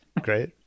Great